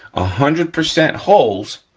ah hundred percent holes,